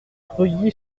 preuilly